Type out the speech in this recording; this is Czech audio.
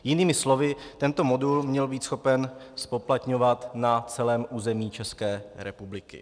Jinými slovy tento modul měl být schopen zpoplatňovat na celém území České republiky.